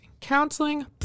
counseling